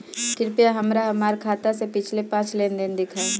कृपया हमरा हमार खाते से पिछले पांच लेन देन दिखाइ